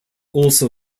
also